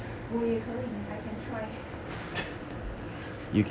我也可以 I can try